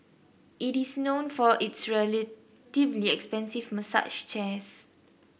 it is known for its relatively expensive massage chairs